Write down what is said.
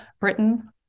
Britain